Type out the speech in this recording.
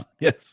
yes